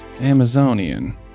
Amazonian